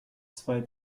zwei